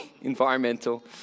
environmental